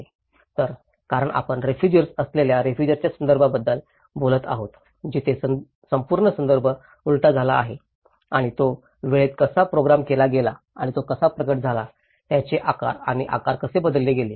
तर कारण आपण रेफुजिर्स असलेल्या रेफुजिर्साच्या संदर्भाबद्दल बोलत आहोत जिथे संपूर्ण संदर्भ उलटा झाला आहे आणि तो वेळेत कसा प्रोग्राम केला गेला आणि तो कसा प्रकट झाला त्याचे आकार आणि आकार कसे बदलले गेले